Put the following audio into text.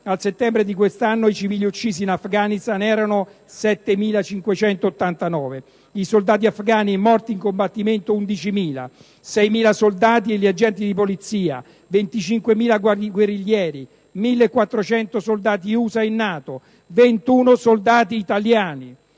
al settembre di quest'anno i civili uccisi in Afghanistan erano 7.589, i soldati afgani morti in combattimento 11.000, 6.000 i soldati e gli agenti di polizia, 25.000 i guerriglieri, 1.400 i soldati USA e NATO, 21 i soldati italiani;